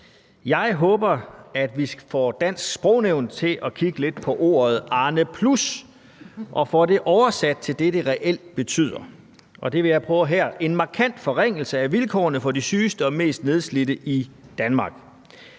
Jeg håber, at vi får Dansk Sprognævn til at kigge lidt på ordet Arneplus og får det oversat til det, det reelt betyder, og det vil jeg prøve her: en markant forringelse af vilkårene for de sygeste og mest nedslidte i Danmark.